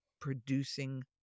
producing